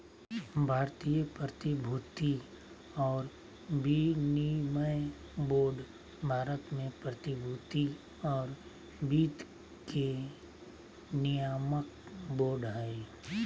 भारतीय प्रतिभूति और विनिमय बोर्ड भारत में प्रतिभूति और वित्त के नियामक बोर्ड हइ